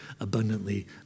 abundantly